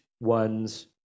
one's